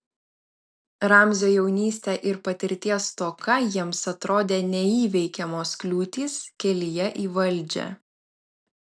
ramzio jaunystė ir patirties stoka jiems atrodė neįveikiamos kliūtys kelyje į valdžią